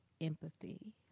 empathy